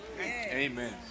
Amen